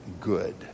good